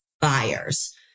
buyers